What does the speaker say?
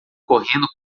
correndo